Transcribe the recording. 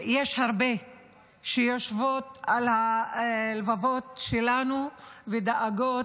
יש הרבה שיושבים על הלבבות שלנו, ודאגות